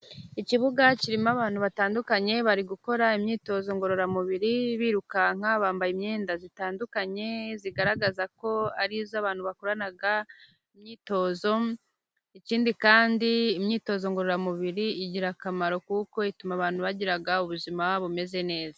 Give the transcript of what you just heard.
Ikibuga kirimo abantu batandukanye bari gukora imyitozo ngororamubiri birukanka bambaye imyenda itandukanye, igaragaza ko ari iy'abantu bakorana imyitozo ikindi kandi imyitozo ngororamubiri, igira akamaro kuko ituma abantu bagira ubuzima bumeze neza.